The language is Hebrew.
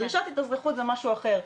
דרישת התאזרחות זה משהו אחר,